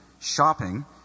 shopping